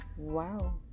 Wow